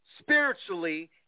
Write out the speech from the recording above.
Spiritually